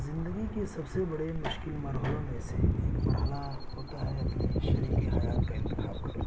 زندگی کے سب سے بڑے مشکل مرحلوں میں سے ایک مرحلہ ہوتا ہے اپنی شریک حیات کا انتخاب کرنا